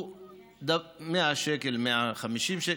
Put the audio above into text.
160. 100 שקל, 150 שקל,